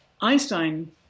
Einstein